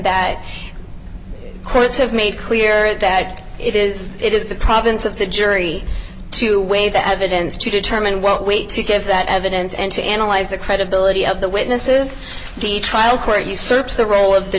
the courts have made clear that it is is it is the province of the jury to weigh the evidence to determine what weight to give that evidence and to analyze the credibility of the witnesses the trial court usurps the role of the